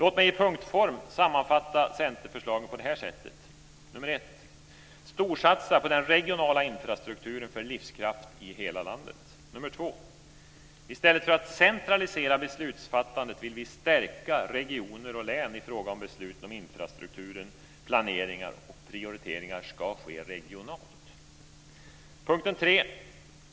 Låt mig i punktform sammanfatta centerförslaget på följande sätt: 1. Storsatsa på den regionala infrastrukturen för livskraft i hela landet. I stället för att centralisera beslutsfattandet vill vi stärka regioner och län i fråga om besluten om infrastrukturen. Planering och prioritering ska ske regionalt.